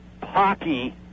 pocky